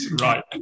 Right